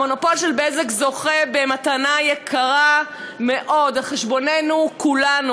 המונופול של "בזק" זוכה במתנה יקרה מאוד על חשבוננו כולנו,